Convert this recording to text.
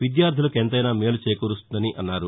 విద్యార్దులకు ఎంతైనా మేలు చేకూరుస్తున్నదని అన్నారు